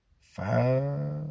five